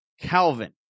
Calvin